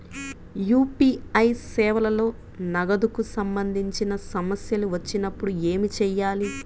UPI సేవలలో నగదుకు సంబంధించిన సమస్యలు వచ్చినప్పుడు ఏమి చేయాలి?